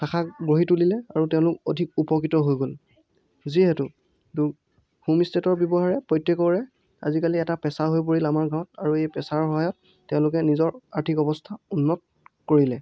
শাখা গঢ়ি তুলিলে আৰু তেওঁলোক অধিক উপকৃত হৈ গ'ল যিহেতু হোমষ্টেৰ ব্যৱহাৰে প্ৰত্যেকৰে আজিকালি এটা পেছা হৈ পৰিল আমাৰ গাঁৱত আৰু এই পেছাৰ সহায়ত তেওঁলোকে নিজৰ আৰ্থিক অৱস্থা উন্নত কৰিলে